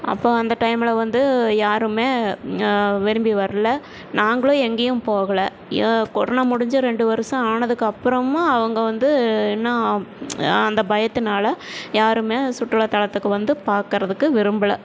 அப்போ அந்த டைம்மில வந்து யாருமே விரும்பி வரல நாங்களும் எங்கேயும் போகல ஏ கொரோனா முடிஞ்சு ரெண்டு வருஷம் ஆனதுக்கு அப்புறமும் அவங்க வந்து இன்னும் அந்த பயத்துனால யாருமே சுற்றுலாத்தலத்துக்கு வந்து பார்க்கறதுக்கு விரும்பலை